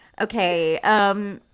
okay